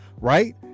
Right